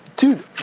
Dude